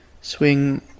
Swing